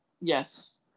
yes